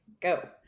go